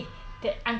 that will be me